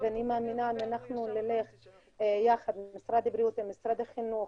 אני מאמינה שאם אנחנו נלך ביחד עם משרד הבריאות ומשרד החינוך